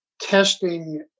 testing